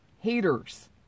haters